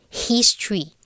history